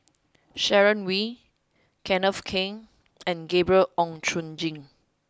Sharon Wee Kenneth Keng and Gabriel Oon Chong Jin